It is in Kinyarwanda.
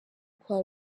kwa